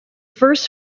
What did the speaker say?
first